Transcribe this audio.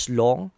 long